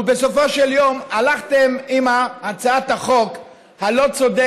ובסופו של יום הלכתם עם הצעת החוק הלא-צודקת,